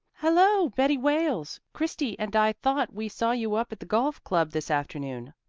hello, betty wales! christy and i thought we saw you up at the golf club this afternoon.